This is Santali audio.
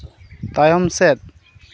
ᱛᱟᱭᱚᱢ ᱥᱮᱫ